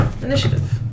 initiative